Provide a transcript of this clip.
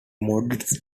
modes